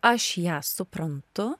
aš ją suprantu